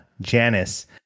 Janice